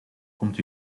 komt